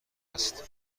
است